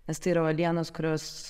nes tai yra uolienos kurios